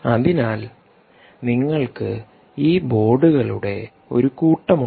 അതിനാൽ നിങ്ങൾക്ക് ഈ ബോർഡുകളുടെ ഒരു കൂട്ടം ഉണ്ട്